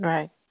Right